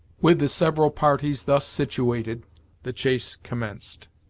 with the several parties thus situated the chase commenced.